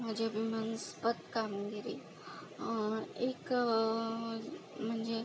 माझी अभिमानास्पद कामगिरी एक म्हणजे